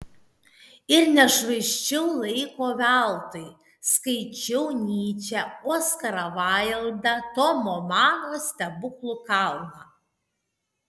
ir nešvaisčiau laiko veltui skaičiau nyčę oskarą vaildą tomo mano stebuklų kalną